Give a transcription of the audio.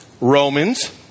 Romans